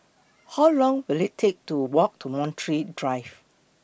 How Long Will IT Take to Walk to Montreal Drive